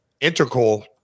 integral